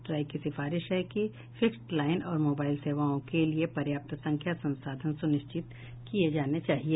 try की सिफारिश है कि फिक्स्ड लाइन और मोबाइल सेवाओं के लिए पर्याप्त संख्या संसाधन सुनिश्चित किए जाने चाहिए